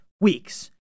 weeks